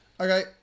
Okay